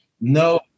no